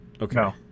Okay